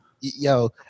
yo